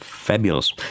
Fabulous